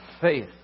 faith